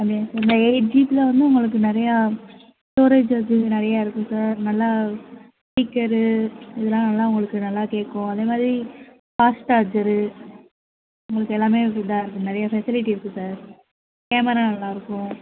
அப்படியா சார் இந்த எயிட் ஜிபியில் வந்து உங்களுக்கு நிறையா ஸ்டோரேஜ் வசதி இதில் நிறையா இருக்கும் சார் நல்லா ஸ்பீக்கரு இதெல்லாம் நல்லா உங்களுக்கு நல்லா கேட்கும் அதேமாதிரி ஃபாஸ்ட் சார்ஜரு உங்களுக்கு எல்லாம் இதா இருக்கும் நிறைய ஃபெசிலிட்டி இருக்குது சார் கேமரா நல்லாயிருக்கும்